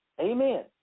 Amen